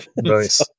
Nice